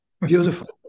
Beautiful